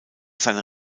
seiner